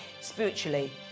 spiritually